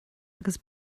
agus